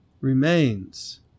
remains